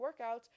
workouts